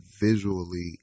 visually